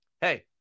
hey